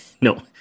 No